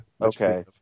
Okay